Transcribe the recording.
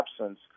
absence